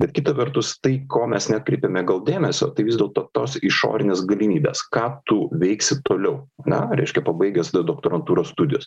bet kita vertus tai ko mes neatkreipiame gal dėmesio tai vis dėlto tos išorinės galimybės ką tu veiksi toliau na reiškia pabaigęs doktorantūros studijas